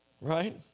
Right